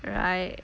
right